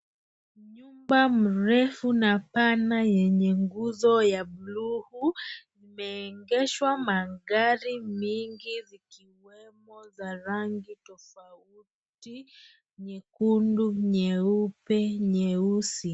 Nyumba mrefu na pana yenye nguzo ya blue , imeegeshwa magari mingi zikiwemo za rangi tofauti, nyekundu, nyeupe, nyeusi.